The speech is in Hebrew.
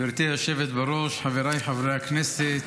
גברתי היושבת בראש, חבריי חברי הכנסת,